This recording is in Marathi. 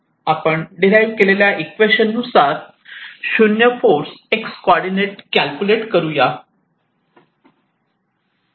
आपण डीराईव्ह केलेल्या इक्वेशन नुसार 0 फोर्स एक्स कॉर्डीनेट कॅल्क्युलेट करूया